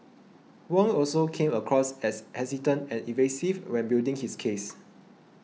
Wong also came across as hesitant and evasive when building his case